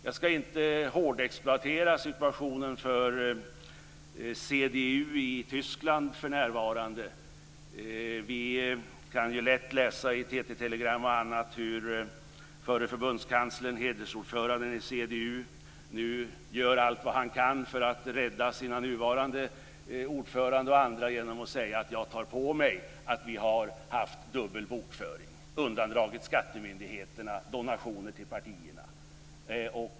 Jag ska inte hårdexploatera situationen för CDU i Tyskland för närvarande. Vi kan ju lätt läsa i TT-telegram och annat hur den förre förbundskanslern, hedersordföranden i CDU, nu gör allt han kan för att rädda nuvarande ordföranden och andra genom att säga: Jag tar på mig att vi har haft dubbel bokföring och att vi har undandragit skattemyndigheterna donationer till partierna.